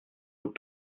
vous